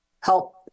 help